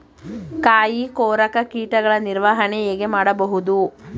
ಕಾಯಿ ಕೊರಕ ಕೀಟಗಳ ನಿರ್ವಹಣೆ ಹೇಗೆ ಮಾಡಬಹುದು?